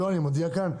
אני מודיע כאן,